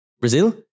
Brazil